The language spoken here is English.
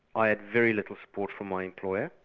i had very little support from my employer,